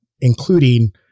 including